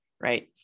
right